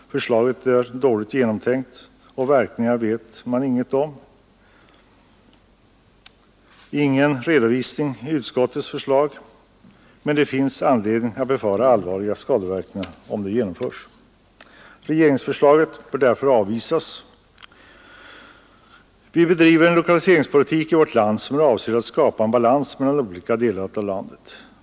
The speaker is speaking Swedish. Förslaget är dåligt genomtänkt, och verkningarna vet man inget om. Inga redovisas i utskottets förslag, men det finns anledning befara allvarliga skadeverkningar om det genomförs. Regeringsförslaget bör därför avvisas. Vi bedriver en lokaliseringspolitik i vårt land som är avsedd att skapa en balans mellan olika delar av landet.